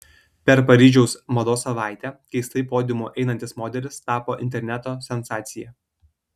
per paryžiaus mados savaitę keistai podiumu einantis modelis tapo interneto sensacija